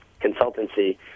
consultancy